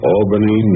Albany